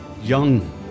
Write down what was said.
Young